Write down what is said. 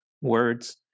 words